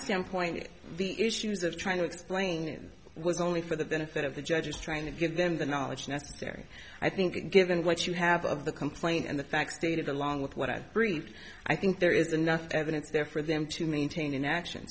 standpoint the issues of trying to explain it was only for the benefit of the judges trying to give them the knowledge necessary i think given what you have of the complaint and the facts stated along with what i've read i think there is nothing evidence there for them to maintain in action